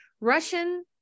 russian